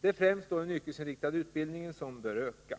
Det är främst den yrkesinriktade utbildningen som bör öka.